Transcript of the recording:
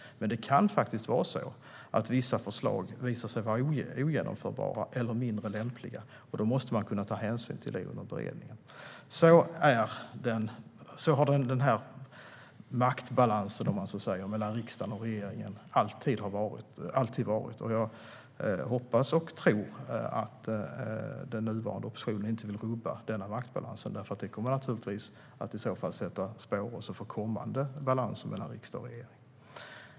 Men vissa förslag kan visa sig vara ogenomförbara eller mindre lämpliga, och då måste vi ta hänsyn till det under beredningen. Så har maktbalansen, om vi kallar den så, mellan riksdag och regering alltid varit, och jag hoppas och tror att den nuvarande oppositionen inte vill rubba den maktbalansen, för det kommer naturligtvis i så fall att sätta spår i kommande balanser mellan riksdag och regering.